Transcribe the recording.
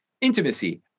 intimacy